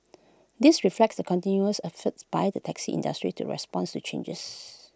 this reflects the continuous efforts by the taxi industry to responds to changes